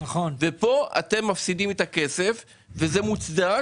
פה אתם מפסידים את הכסף, וזה מוצדק